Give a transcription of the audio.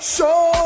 Show